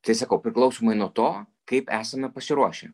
tai sakau priklausomai nuo to kaip esame pasiruošę